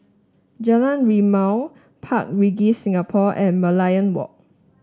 Jalan Rimau Park Regis Singapore and Merlion Walk